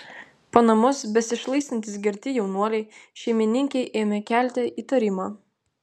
po namus besišlaistantys girti jaunuoliai šeimininkei ėmė kelti įtarimą